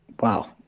Wow